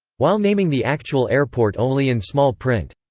while naming the actual airport only in small print.